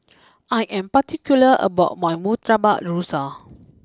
I am particular about my Murtabak Rusa